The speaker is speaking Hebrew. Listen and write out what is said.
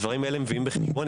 הדברים האלה מובאים בחשבון,